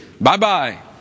Bye-bye